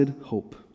hope